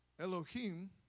Elohim